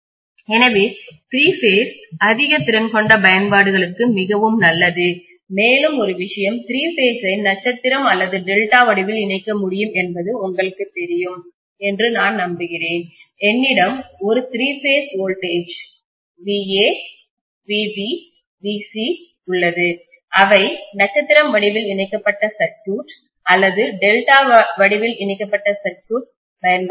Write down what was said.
எனவே three phase அதிக திறன் கொண்ட பயன்பாடுகளுக்கு மிகவும் நல்லது மேலும் ஒரு விஷயம் திரி பேஸ்சை நட்சத்திரம் அல்லது டெல்டா வடிவில் இணைக்க முடியும் என்பது உங்களுக்குத் தெரியும் என்று நான் நம்புகிறேன் என்னிடம் ஒரு three phase voltage va vb vc உள்ளது அவை நட்சத்திரம் வடிவில் இணைக்கப்பட்ட சர்க்யூட் அல்லது டெல்டா வடிவில் இணைக்கப்பட்ட சர்க்யூட் பயன்படுத்தப்படலாம்